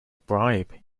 bribe